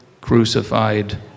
crucified